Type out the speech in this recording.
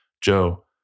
Joe